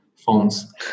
phones